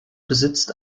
besitzt